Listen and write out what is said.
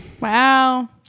Wow